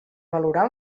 valorar